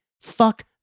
Fuck